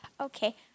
Okay